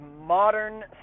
Modern